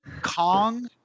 Kong